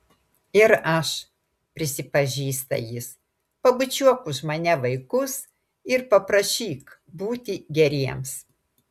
ir aš prisipažįsta jis pabučiuok už mane vaikus ir paprašyk būti geriems